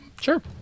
Sure